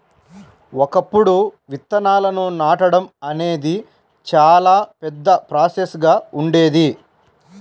ఒకప్పుడు విత్తనాలను నాటడం అనేది చాలా పెద్ద ప్రాసెస్ గా ఉండేది